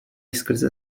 skrze